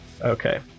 Okay